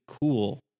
cool